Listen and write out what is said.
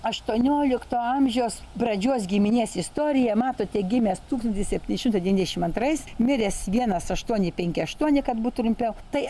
aštuoniolikto amžiaus pradžios giminės istorija matote gimęs tūkstantis septyni šimtai devyniasdešim antrais miręs vienas aštuoni penki aštuoni kad būt trumpiau tai